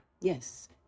Yes